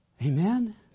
Amen